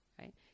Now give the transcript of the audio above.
Right